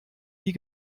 wie